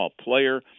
player